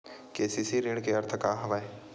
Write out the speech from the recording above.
KCC ऋण के का अर्थ हवय?